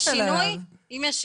לו היה פה איזה הפסד ארנונה מאוד גדול,